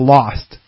Lost